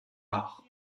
art